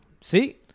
See